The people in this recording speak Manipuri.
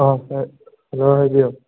ꯁꯥꯔ ꯍꯜꯂꯣ ꯍꯥꯏꯕꯤꯌꯨ